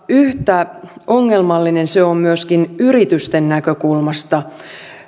yhtä ongelmallinen se on myöskin yritysten näkökulmasta